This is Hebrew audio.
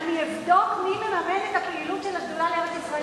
אוה, מה פירוש "לא שדולה בכנסת"?